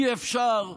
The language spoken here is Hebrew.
אי-אפשר,